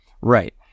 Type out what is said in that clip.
Right